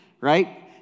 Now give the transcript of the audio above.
right